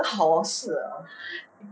那好事 ah